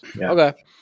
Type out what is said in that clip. Okay